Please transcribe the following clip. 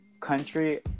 country